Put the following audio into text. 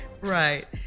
Right